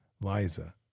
Liza